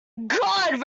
god